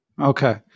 Okay